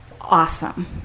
awesome